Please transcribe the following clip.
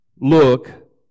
Look